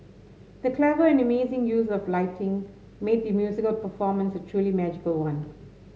the clever and amazing use of lighting made the musical performance a truly magical one